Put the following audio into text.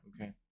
okay